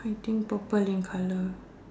I think purple in colour